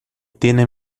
tiene